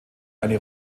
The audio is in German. eine